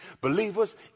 Believers